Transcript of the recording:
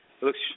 looks